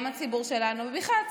גם הציבור שלהם וגם הציבור שלנו ובכלל,